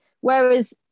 Whereas